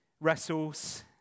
wrestles